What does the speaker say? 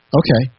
okay